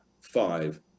five